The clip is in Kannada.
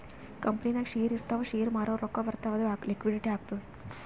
ಕಂಪನಿನಾಗ್ ಶೇರ್ ಇರ್ತಾವ್ ಶೇರ್ ಮಾರೂರ್ ರೊಕ್ಕಾ ಬರ್ತಾವ್ ಅದು ಲಿಕ್ವಿಡಿಟಿ ಆತ್ತುದ್